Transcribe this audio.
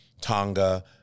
Tonga